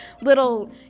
little